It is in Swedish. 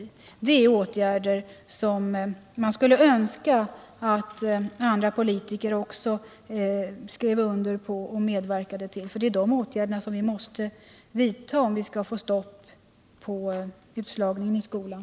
Det är åtgärder som man skulle önska att också andra politiker skrev under på och medverkade till att genomföra, för det är de åtgärderna som vi måste vidta om vi skall få stopp på utslagningen i skolan.